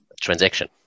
transaction